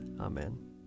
Amen